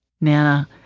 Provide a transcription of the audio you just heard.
Nana